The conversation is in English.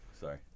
sorry